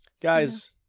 Guys